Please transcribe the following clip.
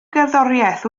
gerddoriaeth